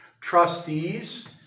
Trustees